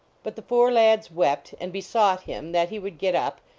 but the four lads wept, and besought him that he would get up,